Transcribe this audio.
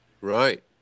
Right